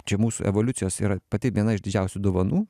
čia mūsų evoliucijos yra pati viena iš didžiausių dovanų